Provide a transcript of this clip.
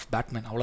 Batman